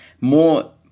more